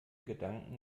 gedanken